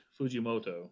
Fujimoto